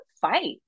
fight